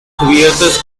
cubiertas